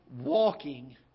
walking